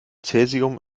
cäsium